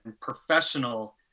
professional